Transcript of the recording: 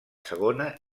segona